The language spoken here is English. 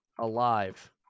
alive